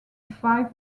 five